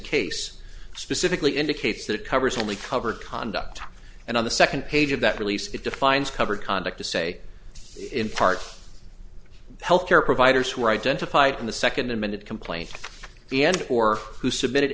case specifically indicates that it covers only cover conduct and on the second page of that release it defines cover conduct to say in part health care providers who were identified in the second amended complaint the end or who submitted